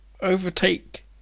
overtake